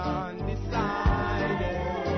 undecided